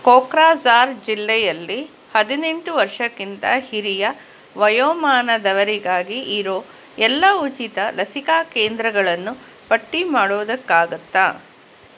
ಕೋಕ್ರಾಝಾರ್ ಜಿಲ್ಲೆಯಲ್ಲಿ ಹದಿನೆಂಟು ವರ್ಷಕ್ಕಿಂತ ಹಿರಿಯ ವಯೋಮಾನದವರಿಗಾಗಿ ಇರೋ ಎಲ್ಲ ಉಚಿತ ಲಸಿಕಾ ಕೇಂದ್ರಗಳನ್ನು ಪಟ್ಟಿ ಮಾಡೋದಕ್ಕಾಗುತ್ತಾ